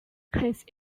his